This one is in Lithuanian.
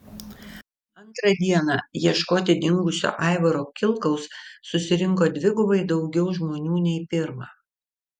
antrą dieną ieškoti dingusio aivaro kilkaus susirinko dvigubai daugiau žmonių nei pirmą